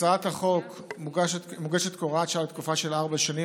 הצעת החוק מוגשת כהוראת שעה לתקופה של ארבע שנים,